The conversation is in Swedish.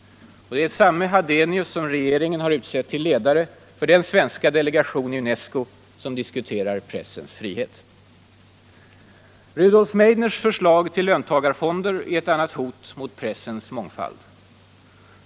Det är samme Hadenius som regeringen har utsett till ledare för den svenska delegation som i UNESCO diskuterar pressens frihet! Rudolf Meidners förslag till löntagarfonder är ett annat hot mot pressens mångfald.